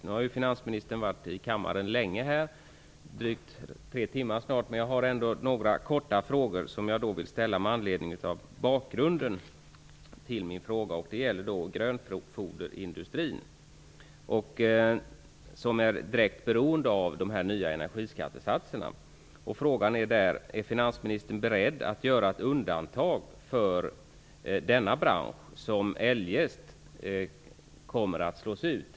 Nu har finansministern varit i kammaren länge - snart tre timmar - men jag vill ändå ställa några korta frågor med anledning av bakgrunden till min fråga. Det gäller grönfoderindustrin, som är direkt beroende av de nya energiskattesatserna. Är finansministern beredd att göra ett undantag för denna bransch, som eljest kommer att slås ut?